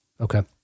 Okay